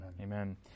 Amen